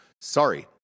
Sorry